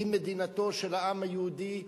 היא מדינתו של העם היהודי,